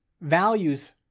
Values